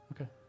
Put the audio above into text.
Okay